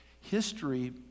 history